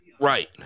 Right